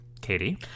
Katie